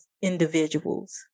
individuals